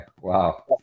Wow